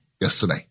yesterday